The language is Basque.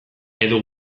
edo